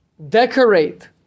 Decorate